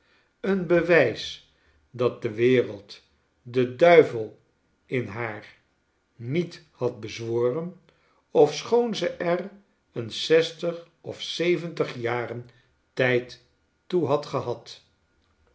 een bewijs dat de wereld den duivel in haar niet had bezworen ofschoon ze er een zestig of zeventig jaren tijd toe had gehad